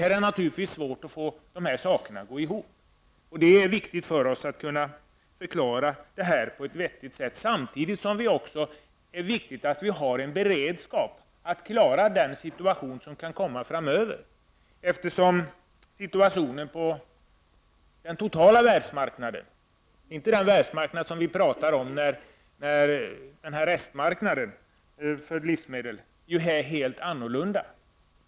Det är naturligtvis svårt att få dessa saker att gå ihop, och det är viktigt för oss att kunna förklara detta på ett vettigt sätt. Samtidigt är det naturligtvis viktigt att vi har en beredskap för att klara den situation som kan uppstå framöver, eftersom situationen på den totala världsmarknaden -- inte den restmarknad för livsmedel som vi talar om -- är helt annorlunda.